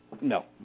No